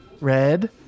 Red